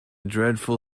dreadful